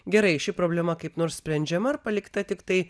gerai ši problema kaip nors sprendžiama ar palikta tiktai